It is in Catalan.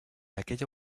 aquella